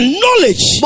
knowledge